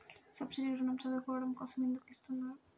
Subsidy ఋణం చదువుకోవడం కోసం ఎందుకు ఇస్తున్నారు?